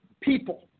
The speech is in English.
people